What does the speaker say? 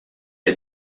est